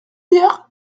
hier